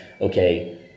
okay